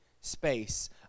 space